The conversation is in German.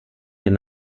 den